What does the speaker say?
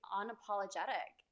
unapologetic